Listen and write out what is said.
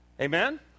amen